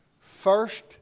first